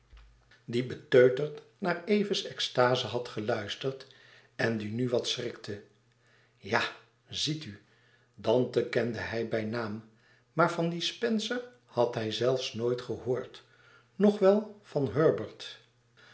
die beteuterd naar eve's extaze had geluisterd en die nu wat schrikte ja ziet u dante kende hij bij naam maar van dien spencer had hij zelfs nooit gehoord nog wel van herbert